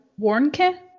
Warnke